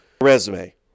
Resume